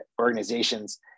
organizations